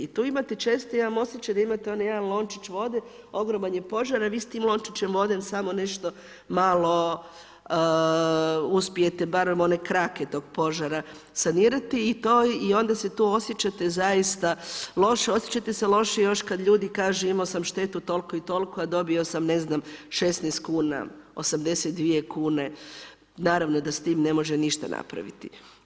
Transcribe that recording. I tu imate često, ja imam osjećaj da imate onaj jedan lončić vode, ogroman je požar a vi s tim lončićem vode samo nešto malo uspijete barem one krake tog požara sanirati i onda se tu osjećate zaista loše, osjećate se lošije još kad ljudi kažu imao sam štetu toliko i toliko a dobio sam ne znam 16 kuna, 82 kune, naravno da s time ne može ništa napraviti.